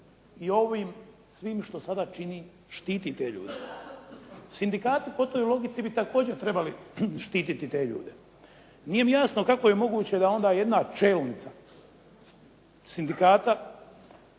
I ovim svim što sada čini, štiti te ljude. Sindikati po toj logici bi također trebali štititi te ljude. Nije mi jasno kako je moguće da onda jedna čelnica sindikata